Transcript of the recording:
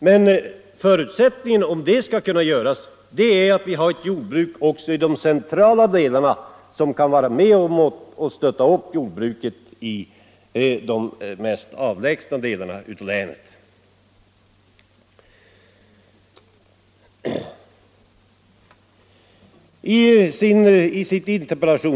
Men för att det skall kunna ske fordras att det finns ett jordbruk också i de centrala delarna som kan vara med om att stötta upp jordbruket i de mest avlägsna delarna av länet.